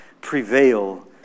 prevail